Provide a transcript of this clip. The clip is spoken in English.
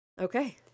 Okay